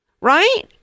right